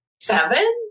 seven